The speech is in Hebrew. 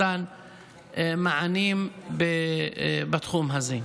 מתן מענים בתחום הזה.